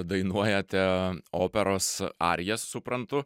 dainuojate operos arijas suprantu